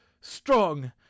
strong